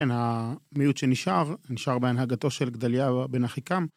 המיעוט שנשאר, נשאר בהנהגתו של גדליהו בן אחיקם.